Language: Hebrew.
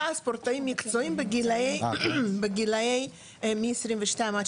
65 ספורטאים מקצועיים בגילאים 22-62,